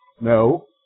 No